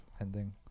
ending